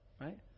Right